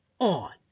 on